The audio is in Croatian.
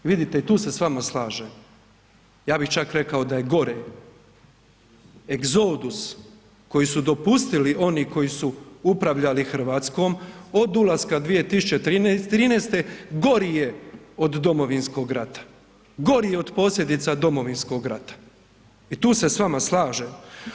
Vidite i tu se s vama slažem, ja bih čak rekao da je gore, egzodus koji su dopustili oni koji su upravljali RH od ulaska 2013. gori je od domovinskog rata, gori je od posljedica domovinskog rata i tu se s vama slažem.